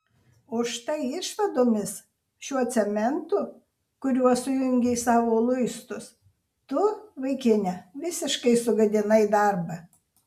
o štai išvadomis šiuo cementu kuriuo sujungei savo luistus tu vaikine visiškai sugadinai darbą